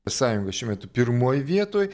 sąjunga šiuo metu pirmoj vietoj